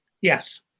Yes